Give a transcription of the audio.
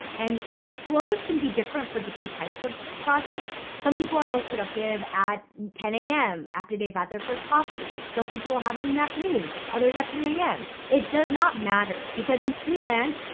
and flows can be different for different types of projects. some people are most productive at ten am after they've had their first coffee. some people have it an afternoon, others at three am it does not matter because in freelance,